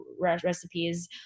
recipes